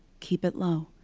keep it low.